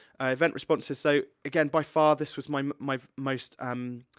event responses, so, again, by far, this was my, my most, um